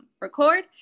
record